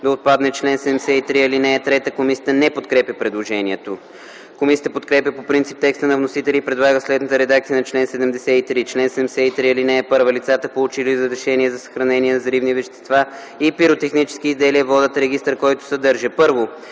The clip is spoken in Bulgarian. да отпадне чл. 73, ал. 3. Комисията не подкрепя предложението. Комисията подкрепя по принцип текста на вносителя и предлага следната редакция на чл. 73: „Чл. 73. (1) Лицата, получили разрешение за съхранение на взривни вещества и пиротехнически изделия, водят регистър, който съдържа: